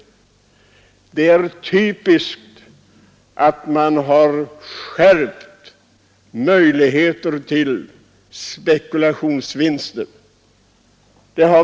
Det är typiskt att man har förbättrat möjligheterna till spekulationsvinster.